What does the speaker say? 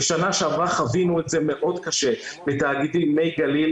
בשנה שעברה חווינו את זה מאוד קשה בתאגידים מי גליל